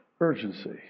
urgency